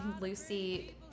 Lucy